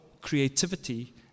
creativity